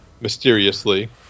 mysteriously